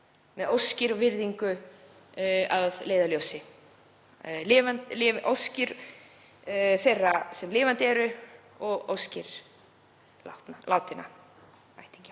með óskir og virðingu að leiðarljósi, óskir þeirra sem lifandi eru og óskir látinna ættingja.